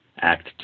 Act